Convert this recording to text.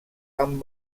amb